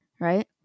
right